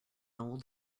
old